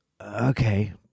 okay